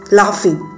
laughing